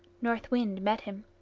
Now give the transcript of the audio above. north wind met him,